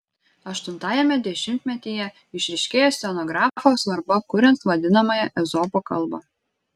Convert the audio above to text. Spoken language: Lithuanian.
aštuntajame dešimtmetyje išryškėja scenografo svarba kuriant vadinamąją ezopo kalbą